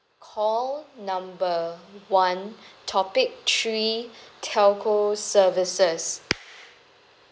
call number one topic three telco services